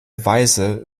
weise